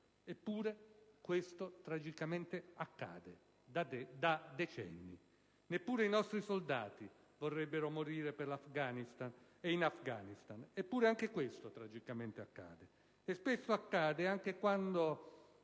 Eppure questo tragicamente accade, da decenni. Neppure i nostri soldati vorrebbero morire per l'Afghanistan e in Afghanistan, eppure anche questo tragicamente accade, e spesso accade anche avendo